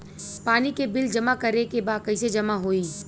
पानी के बिल जमा करे के बा कैसे जमा होई?